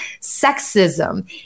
sexism